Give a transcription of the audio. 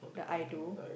the I do